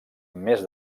més